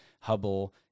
Hubble